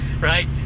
right